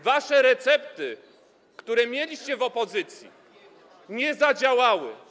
Wasze recepty, które mieliście, będąc w opozycji, nie zadziałały.